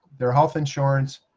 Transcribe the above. their health insurance,